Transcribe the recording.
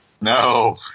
No